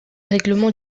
règlement